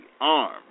arm